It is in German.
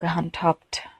gehandhabt